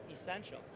Essential